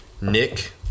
Nick